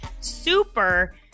super